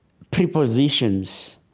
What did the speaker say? prepositions.